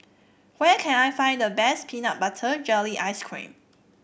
where can I find the best Peanut Butter Jelly Ice cream